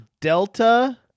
Delta